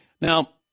Now